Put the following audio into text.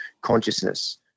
consciousness